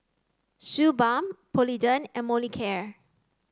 Suu Balm Polident and Molicare